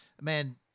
Man